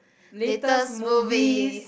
latest movies